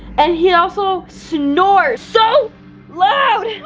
and he also snores so loud!